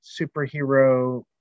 superhero